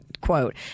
Quote